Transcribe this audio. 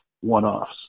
one-offs